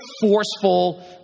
forceful